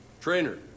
Trainer